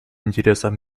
интересам